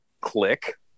click